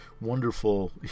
wonderful